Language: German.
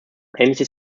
ähnliches